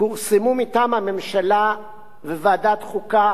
פורסמו מטעם הממשלה וועדת החוקה,